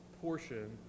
portion